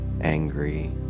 angry